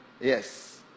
yes